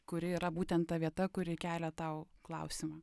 kuri yra būtent ta vieta kuri kelia tau klausimą